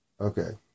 Okay